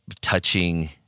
touching